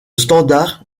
standard